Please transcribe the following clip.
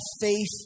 faith